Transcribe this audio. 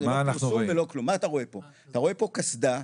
אתה רואה פה קסדה,